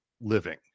living